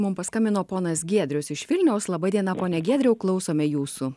mums paskambino ponas giedrius iš vilniaus laba diena pone giedriau klausome jūsų